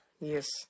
Yes